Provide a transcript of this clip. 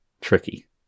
tricky